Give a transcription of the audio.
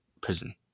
prison